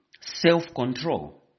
self-control